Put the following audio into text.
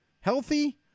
healthy